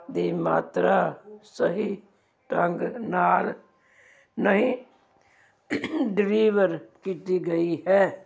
ਦੀ ਮਾਤਰਾ ਸਹੀ ਢੰਗ ਨਾਲ ਨਹੀਂ ਡਿਲੀਵਰ ਕੀਤੀ ਗਈ ਹੈ